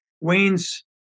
Wayne's